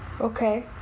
Okay